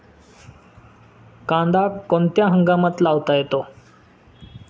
कांदा कोणत्या हंगामात लावता येतो?